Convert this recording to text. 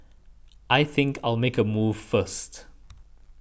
I think I'll make a move first